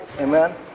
amen